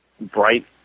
bright